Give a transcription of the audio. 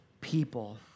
people